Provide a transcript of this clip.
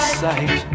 sight